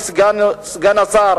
אדוני סגן השר,